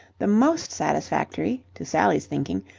the most satisfactory, to sally's thinking,